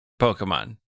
Pokemon